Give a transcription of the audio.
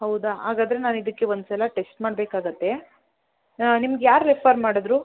ಹೌದಾ ಹಾಗಾದ್ರೆ ನಾನು ಇದಕ್ಕೆ ಒಂದ್ಸಲ ಟೆಸ್ಟ್ ಮಾಡಬೇಕಾಗುತ್ತೆ ನಿಮಗೆ ಯಾರು ರೆಫರ್ ಮಾಡಿದ್ರು